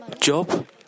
Job